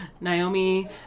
Naomi